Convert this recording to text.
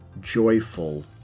joyful